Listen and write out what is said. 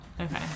Okay